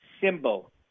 Symbol